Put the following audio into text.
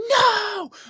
no